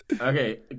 Okay